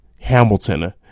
Hamilton